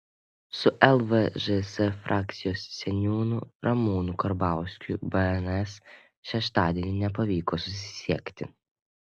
su lvžs frakcijos seniūnu ramūnu karbauskiu bns šeštadienį nepavyko susisiekti